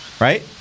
Right